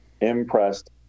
impressed